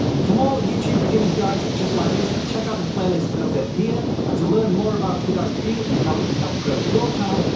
for more youtube beginner's guides just like this, check out the playlist over here, and to learn more about vidiq and how it can help grow your channel,